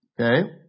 okay